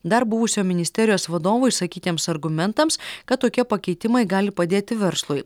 dar buvusio ministerijos vadovo išsakytiems argumentams kad tokie pakeitimai gali padėti verslui